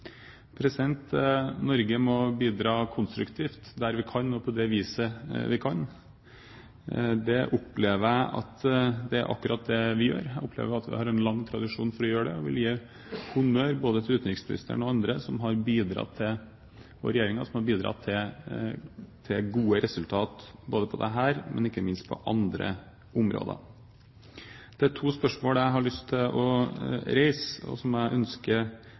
Norge må bidra konstruktivt der vi kan, og på det viset vi kan. Jeg opplever at det er akkurat det vi gjør. Jeg opplever at vi har lang tradisjon for å gjøre det, og jeg vil gi honnør både til utenriksministeren, Regjeringen og andre som har bidratt til gode resultater på dette området og ikke minst på andre områder. Det er to spørsmål jeg har lyst til å reise, og som jeg ønsker